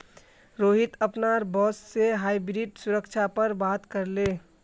रोहित अपनार बॉस से हाइब्रिड सुरक्षा पर बात करले